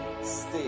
stay